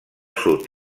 sud